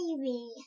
baby